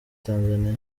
tanzania